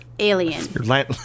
Alien